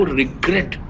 regret